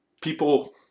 people